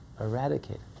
eradicated